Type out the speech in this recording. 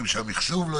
המחשוב.